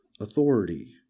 authority